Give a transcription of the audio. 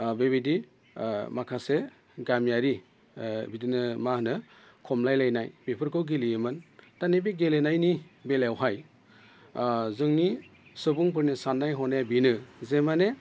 बेबायदि माखासे गामियारि बिदिनो मा होनो खमलाय लायनाय बेफोरखौ गेलेयोमोन दानि बे गेलेनायनि बेलायावहाय जोंनि सुबुंफोरनि साननाय हनाया बेनो जे माने